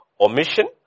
omission